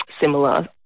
similar